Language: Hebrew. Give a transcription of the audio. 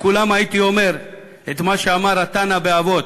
לכולם הייתי אומר את מה שאמר התנא באבות: